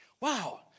Wow